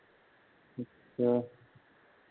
अच्छा